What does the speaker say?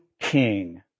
king